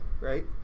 right